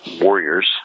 warriors